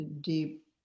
deep